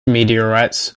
meteorites